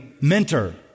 mentor